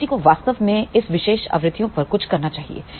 तो किसी को वास्तव में इस विशेष आवृत्तियों पर कुछ करना चाहिए